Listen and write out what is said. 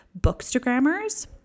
bookstagrammers